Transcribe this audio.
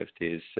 50s